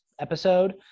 episode